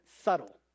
subtle